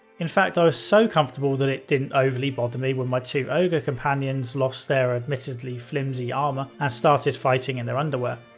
in fact, i was so comfortable, that it didn't overly bother me when my two ogre companions lost their admittedly flimsy armor and started fighting in their underwear.